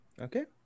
Okay